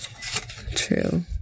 True